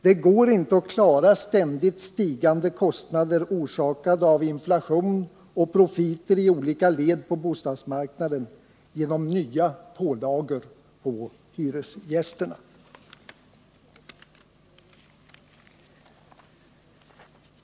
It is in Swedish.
Det går inte att klara ständigt stigande kostnader, orsakade av inflation och profiter i olika led på bostadsmarknaden, genom nya pålagor på hyresgästerna.